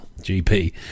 GP